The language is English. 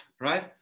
right